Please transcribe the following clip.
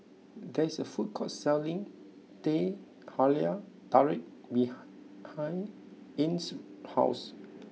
there is a food court selling Teh Halia Tarik behind Ines' house